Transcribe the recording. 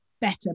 better